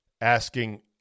asking